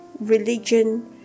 religion